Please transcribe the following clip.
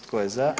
Tko je za?